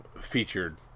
featured